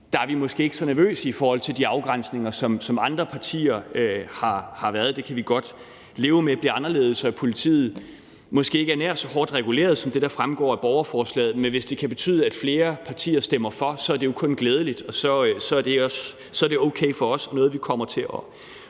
der er vi måske ikke så nervøse, som andre partier har været, i forhold til de afgrænsninger. Det kan vi godt leve med bliver anderledes, og at politiet måske ikke bliver nær så hårdt reguleret som det, der fremgår af borgerforslaget, men hvis det kan betyde, at flere partier stemmer for, så er det jo kun glædeligt, og så er det okay for os, at vi kommer til at